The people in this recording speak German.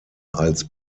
als